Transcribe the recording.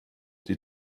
die